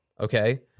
okay